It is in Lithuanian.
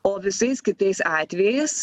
o visais kitais atvejais